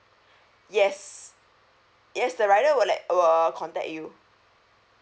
yes yes the rider will let will contact you